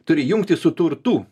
turi jungtis su turtu